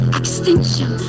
extinction